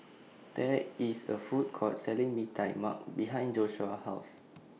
There IS A Food Court Selling Mee Tai Mak behind Joshua's House